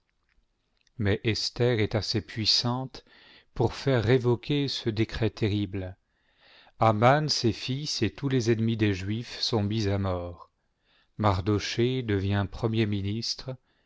mais esther est assez puissante pour faire révoquer ce décret terrible aman ses fils et tous les ennemis des juifs sont mis à mort mardochée devient premier ministre